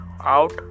out